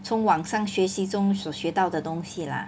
从网上学习中所学到的东西 lah